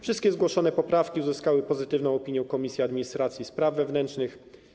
Wszystkie zgłoszone poprawki uzyskały pozytywną opinię Komisji Administracji i Spraw Wewnętrznych.